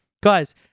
Guys